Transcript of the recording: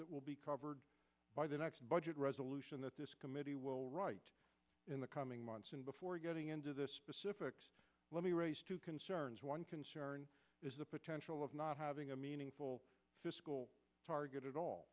that will be covered by the next budget resolution that this committee will write in the coming months and before getting into the specifics let me raise two concerns one concern is the potential of not having a meaningful fiscal target at all